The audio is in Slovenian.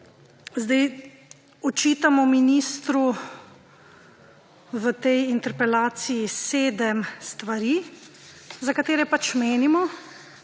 Očitamo ministru v tej interpelaciji sedem stvari, za katere pač menimo,